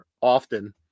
often